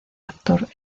actor